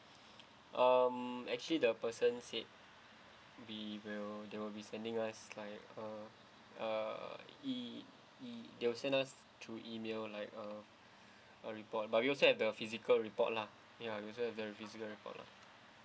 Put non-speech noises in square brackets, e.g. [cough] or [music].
[breath] um actually the person said we will they will be sending us like a a E E they will send us through email like a [breath] a report but we also have the physical report lah ya we also have the physical report lah